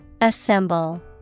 Assemble